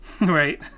Right